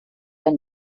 ein